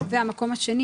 המקום השני,